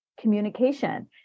Communication